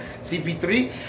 CP3